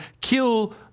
kill